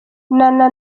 nana